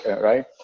right